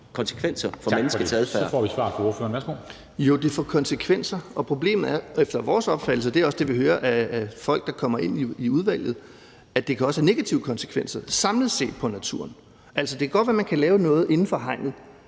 Kristensen): Tak. Og så får vi svar fra ordføreren. Værsgo. Kl. 10:56 Jacob Jensen (V): Jo, det får konsekvenser, og problemet er efter vores opfattelse – og det er også det, vi hører fra folk, der kommer i udvalget – at det også kan have negative konsekvenser samlet set for naturen. Altså, det kan godt være, at man kan lave noget inden for hegnet,